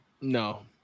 No